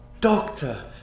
Doctor